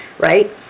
right